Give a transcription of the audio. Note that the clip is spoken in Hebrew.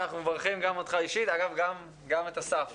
אנחנו מברכים גם אותך אישית וגם את אסף